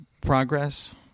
progress